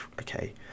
okay